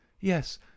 Yes